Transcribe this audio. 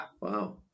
Wow